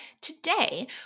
today